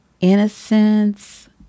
innocence